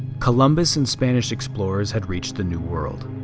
columbus and spanish explorers had reached the new world.